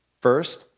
First